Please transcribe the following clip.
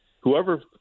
whoever